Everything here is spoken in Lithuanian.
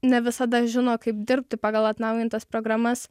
ne visada žino kaip dirbti pagal atnaujintas programas